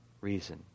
reason